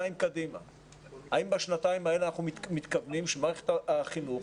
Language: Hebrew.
האם בשנתיים האלה אנחנו מתכוונים שמערכת החינוך